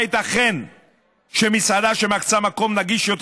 הייתכן שמסעדה שמקצה מקום נגיש יותר